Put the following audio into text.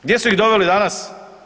Gdje su ih doveli danas?